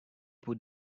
put